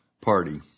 party